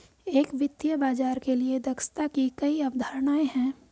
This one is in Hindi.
एक वित्तीय बाजार के लिए दक्षता की कई अवधारणाएं हैं